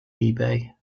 ebay